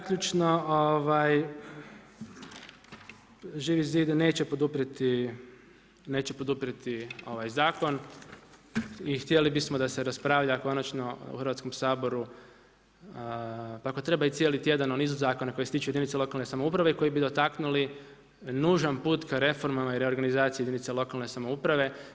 Zaključno, Živi zid neće poduprijeti ovaj zakon i htjeli bismo da se raspravlja konačno u Hrvatskom saboru, pa ako treba i cijeli tjedan o nizu zakona koji se tiču jedinica lokalne samouprave i koji bi dotaknuli nužan put ka reformama i reorganizaciji jedinica lokalne samouprave.